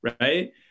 right